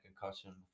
concussion